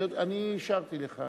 אני הקשבתי לך.